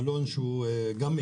יש מלון קטן שגם מתפתח.